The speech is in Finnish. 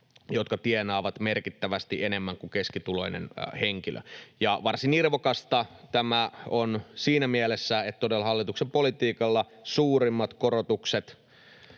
jotka tienaavat merkittävästi enemmän kuin keskituloinen henkilö. Varsin irvokasta tämä on siinä mielessä, että todella hallituksen politiikalla suurimmat veronalennukset